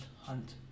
hunt